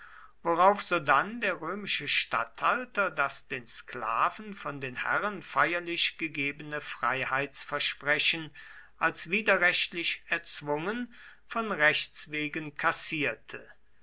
worauf sodann der römische statthalter das den sklaven von den herren feierlich gegebene freiheitsversprechen als widerrechtlich erzwungen von rechts wegen kassierte